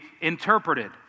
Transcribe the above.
interpreted